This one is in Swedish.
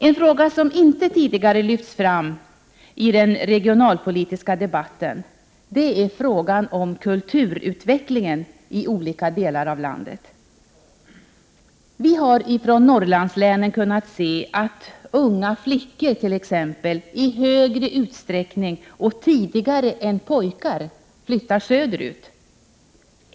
En fråga som inte tidigare lyfts fram i den regionalpolitiska debatten är frågan om kulturutvecklingen i olika delar av landet. Vi har i Norrlandslänen kunnat se t.ex. att unga flickor i högre utsträckning och tidigare än unga pojkar flyttar söderut.